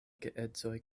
geedzoj